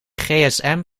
gsm